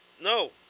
No